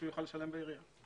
שיוכל לשלם בעירייה.